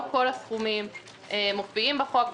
לא כל הסכומים מופיעים בחוק,